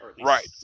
right